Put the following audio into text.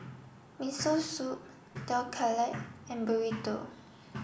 Miso Soup Dhokla and Burrito